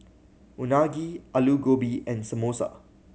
Unagi Alu Gobi and Samosa